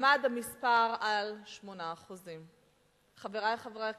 עמד המספר על 8%. חברי חברי הכנסת,